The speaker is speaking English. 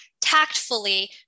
tactfully